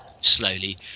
slowly